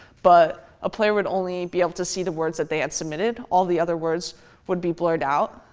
but a player would only be able to see the words that they had submitted. all the other words would be blurred out.